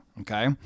okay